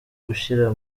gushira